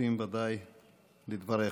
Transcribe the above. מצטרפים ודאי לדבריך.